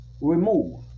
Remove